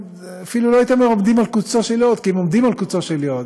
אפילו לא הייתי אומר עומדים על קוצו של יו"ד,